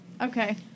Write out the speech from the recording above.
Okay